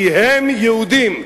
כי הם יהודים.